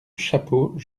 chapeau